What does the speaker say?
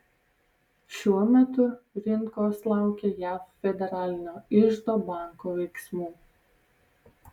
šiuo metu rinkos laukia jav federalinio iždo banko veiksmų